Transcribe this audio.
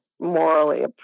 morally